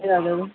हजुर